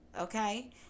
Okay